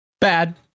Bad